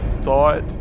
thought